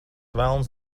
velns